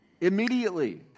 Immediately